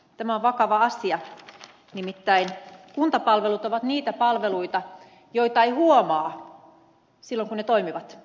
tämä on vakava asia nimittäin kuntapalvelut ovat niitä palveluita joita ei huomaa silloin kun ne toimivat